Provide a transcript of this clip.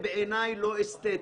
בעיניי זה לא אסתטי.